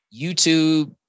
YouTube